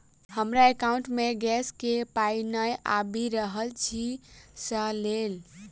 हमरा एकाउंट मे गैस केँ पाई नै आबि रहल छी सँ लेल?